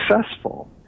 successful